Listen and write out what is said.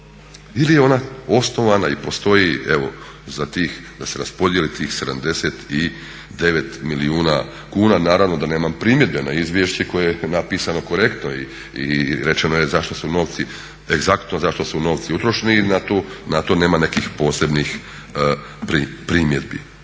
ili je ona osnovana i postoji da se raspodijeli tih 79 milijuna kuna. Naravno da nemam primjedbe na izvješće koje je napisano korektno i rečeno je egzaktno zašto su novci utrošeni i na to nema nekih posebnih primjedbi.